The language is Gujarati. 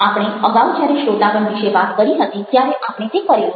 આપણે અગાઉ જ્યારે શ્રોતાગણ વિશે વાત કરી હતી ત્યારે આપણે તે કરેલું છે